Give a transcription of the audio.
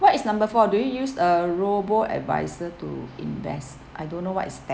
what is number four do you use a robo advisor to invest I don't know what is that